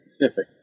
specific